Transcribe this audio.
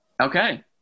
Okay